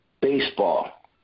baseball